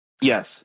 Yes